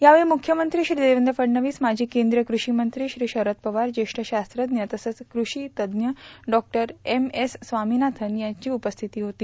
यावेळी मुख्यमंत्री श्री देवेंद्र फडणवीस माजी केंद्रीय कृषीमंत्री श्री शरद पवार ज्येष्ठ शास्त्रज्ञ तसंच कृषी तज्ज्ञ डॉ एम एस स्वामीनाथन् यावेळी उपस्थित होते